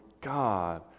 god